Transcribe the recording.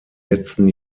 letzten